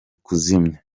kuzimya